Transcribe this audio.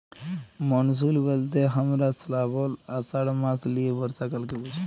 monsoon ব্যলতে হামরা শ্রাবল, আষাঢ় মাস লিয়ে বর্ষাকালকে বুঝি